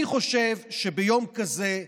אני חושב שביום כזה,